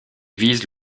vise